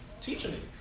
teaching